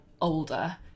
older